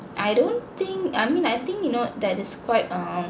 I don't think I mean I think you know that is quite um